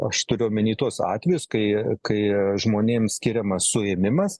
aš turiu omeny tuos atvejus kai kai žmonėms skiriamas suėmimas